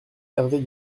hervé